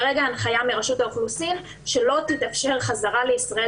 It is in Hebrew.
כרגע ההנחיה מרשות האוכלוסין היא שלא תתאפשר חזרה לישראל